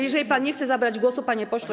Jeżeli pan nie chce zabrać głosu, panie pośle.